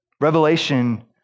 Revelation